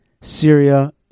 Syria